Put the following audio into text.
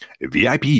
VIP